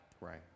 Right